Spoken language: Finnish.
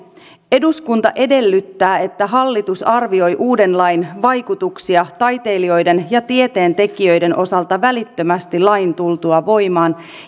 eduskunta edellyttää että hallitus arvioi uuden lain vaikutuksia taiteilijoiden ja tieteentekijöiden osalta välittömästi lain tultua voimaan